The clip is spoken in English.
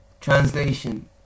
translation